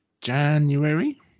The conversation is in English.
january